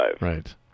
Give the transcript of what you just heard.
Right